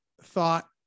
thought